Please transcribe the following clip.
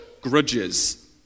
grudges